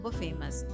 famous